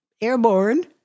Airborne